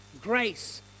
grace